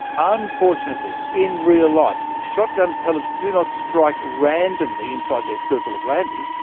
unfortunately, in real life, shotgun pellets do not strike randomly inside their circle of landing.